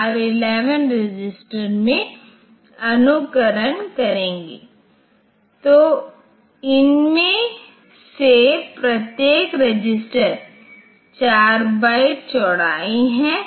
तो मैं क्या कर सकता हूं कि मैं इस y को R3 औरai R1 रजिस्टरों और xi को R2 रजिस्टरों में आवंटित कर सकता हूं और फिर मैं इस में MULA को कर सकता हूं और फिर उसके बाद हम इस R0 रजिस्टर मान को R3 रजिस्टर में ले जाते हैं